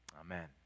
Amen